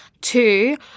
Two